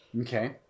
Okay